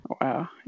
Wow